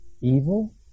Evil